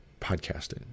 podcasting